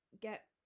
get